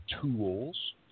tools